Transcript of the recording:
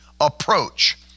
approach